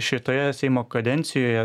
šitoje seimo kadencijoje